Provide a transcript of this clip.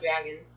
Dragon